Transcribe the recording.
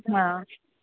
हा